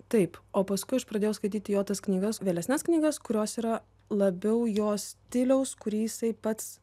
taip o paskui aš pradėjau skaityti jo tas knygas vėlesnes knygas kurios yra labiau jo stiliaus kurį jisai pats